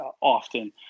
often